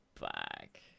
back